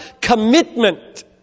commitment